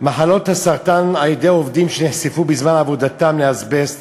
מחלות הסרטן אצל עובדים שנחשפו בזמן עבודתם לאזבסט